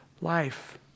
life